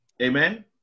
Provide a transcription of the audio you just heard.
Amen